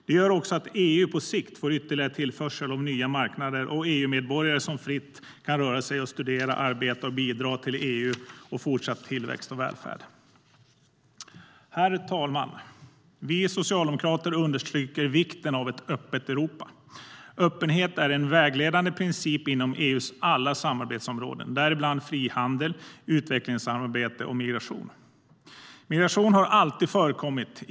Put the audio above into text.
Det gör också att EU på sikt får ytterligare tillförsel av nya marknader och EU-medborgare som fritt kan röra sig och studera, arbeta och bidra till EU:s fortsatta tillväxt och välfärd. Herr talman! Vi socialdemokrater understryker vikten av ett öppet Europa. Öppenhet är en vägledande princip inom EU:s alla samarbetsområden, däribland frihandel, utvecklingssamarbete och migration. Migration har alltid förekommit.